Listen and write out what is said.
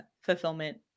fulfillment